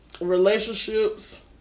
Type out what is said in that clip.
relationships